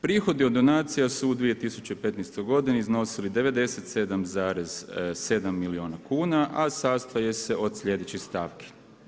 Prihodi od donacija su u2015. godini iznosili 97,7 milijuna kuna a sastoje se od slijedećih stavki.